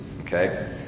okay